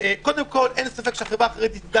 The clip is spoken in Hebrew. קודם כול אין לי ספק שהחברה החרדית תדע